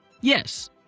Yes